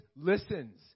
listens